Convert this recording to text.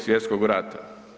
Svjetskog rata.